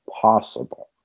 possible